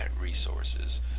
resources